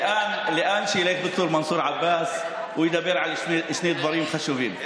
לאן שילך ד"ר מנסור עבאס הוא ידבר על שני דברים חשובים,